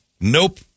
Nope